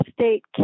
state